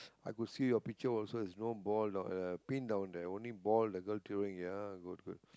I could see your picture also has no ball dow~ pin down there only ball the girl throwing it ya good good